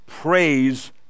praise